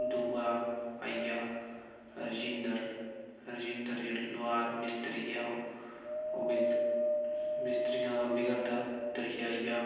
दूआ आई गेआ रजिंद्र रजिंद्र जे लौहार मिस्तरी ऐ ओह् ओह् मिस्तरियें दा कम्म बी करदा त्रीआ आई गेआ